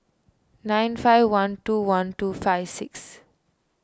nine five one two one two five six